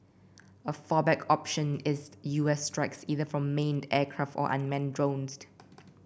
a fallback option is U S strikes either from manned aircraft or unmanned drones